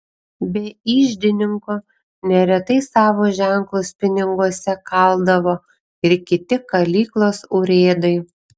be iždininkų neretai savo ženklus piniguose kaldavo ir kiti kalyklos urėdai